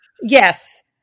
yes